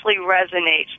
resonates